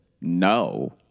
no